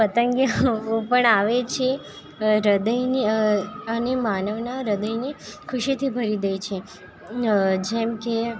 પતંગિયાઓ પણ આવે છે હૃદયને અને અને માનવના હ્રદયને ખુશીઓથી ભરી દે છે જેમકે